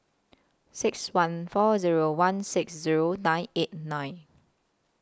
six one four Zero one six Zero nine eight nine